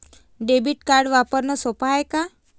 Debit card वापरणं सोप हाय का?